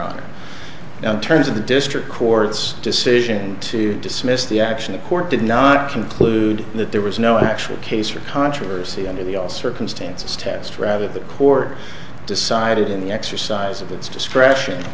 the district court's decision to dismiss the action the court did not conclude that there was no actual case or controversy under the all circumstances test rather the court decided in the exercise of its discretion